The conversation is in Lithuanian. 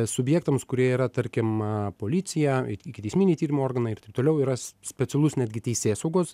subjektams kurie yra tarkim policija ikiteisminio tyrimo organai ir taip toliau yra specialus netgi teisėsaugos